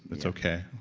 it's okay.